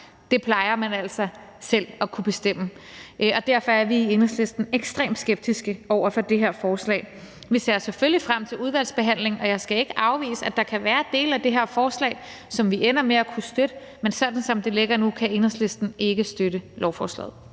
sig, plejer man altså selv at kunne bestemme. Derfor er vi i Enhedslisten ekstremt skeptiske over for det her forslag. Vi ser selvfølgelig frem til udvalgsbehandlingen, og jeg skal ikke afvise, at der kan være dele af det her forslag, som vi ender med at kunne støtte, men sådan som det ligger nu, kan Enhedslisten ikke støtte lovforslaget.